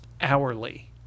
hourly